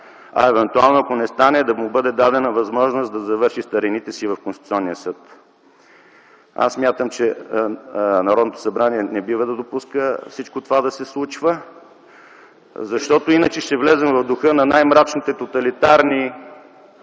а евентуално, ако не стане, да му бъде дадена възможност да завърши старините си в Конституционния съд. Аз смятам, че Народното събрание не бива да допуска всичко това да се случва, защото иначе ще влезем в духа на най-мрачните тоталитарни